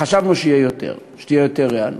חשבנו שיהיה יותר, שתהיה יותר היענות.